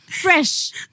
Fresh